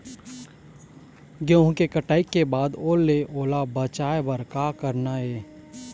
गेहूं के कटाई के बाद ओल ले ओला बचाए बर का करना ये?